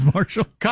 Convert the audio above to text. Marshall